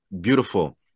beautiful